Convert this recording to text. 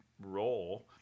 role